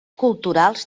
culturals